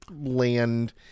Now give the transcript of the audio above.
land